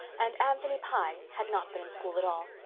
and anthony pye had not been in school at all.